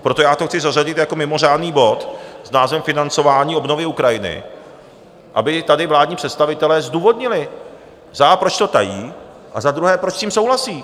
Proto to chci zařadit jako mimořádný bod s názvem Financování obnovy Ukrajiny, aby tady vládní představitelé zdůvodnili za a), proč to tají, a za druhé, proč s tím souhlasí.